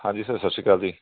ਹਾਂਜੀ ਸਰ ਸਤਿ ਸ਼੍ਰੀ ਅਕਾਲ ਜੀ